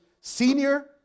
senior